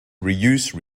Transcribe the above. reuse